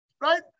right